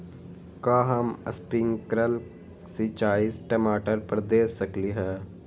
का हम स्प्रिंकल सिंचाई टमाटर पर दे सकली ह?